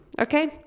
Okay